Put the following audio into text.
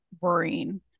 worrying